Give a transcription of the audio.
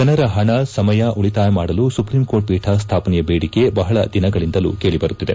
ಜನರ ಹಣ ಸಮಯ ಉಳಿತಾಯ ಮಾಡಲು ಸುಪ್ರೀಂ ಕೋರ್ಟ್ ಪೀಠ ಸ್ವಾಪನೆಯ ಬೇಡಿಕೆ ಬಹಳ ದಿನಗಳಿಂದಲೂ ಕೇಳಿ ಬರುತ್ತಿದೆ